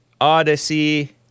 Odyssey